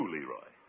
Leroy